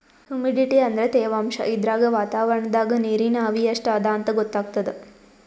humidity ಅಂದ್ರ ತೆವಾಂಶ್ ಇದ್ರಾಗ್ ವಾತಾವರಣ್ದಾಗ್ ನೀರಿನ್ ಆವಿ ಎಷ್ಟ್ ಅದಾಂತ್ ಗೊತ್ತಾಗ್ತದ್